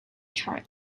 chart